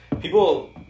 people